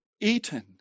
eaten